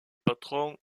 patron